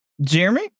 Jeremy